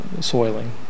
soiling